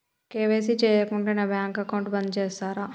KYC చేయకుంటే నా bank account బంద్ చేస్తరా?